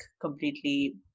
completely